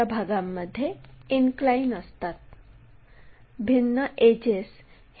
तर यामध्ये प्रथम XY प्लेन तयार करावा लागेल